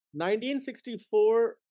1964